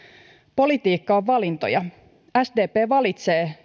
politiikka on valintoja sdp valitsee